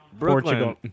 Portugal